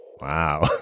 Wow